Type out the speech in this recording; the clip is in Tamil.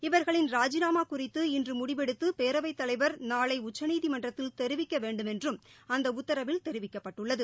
இவர்களின் ராஜினாமாகுறித்து இன்றுமுடிவெடுத்துபேரவைத் தலைவர் நாளைஉச்சநீதிமன்றத்தில் தெரிவிக்கவேண்டும் என்றும் அந்தஉத்தரவில் தெரிவிக்கப்பட்டுள்ளது